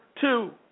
two